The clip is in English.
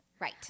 Right